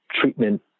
treatment